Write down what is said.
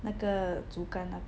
那个竹竿那边